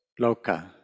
loka